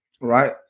right